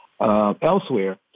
elsewhere